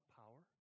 power